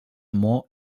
more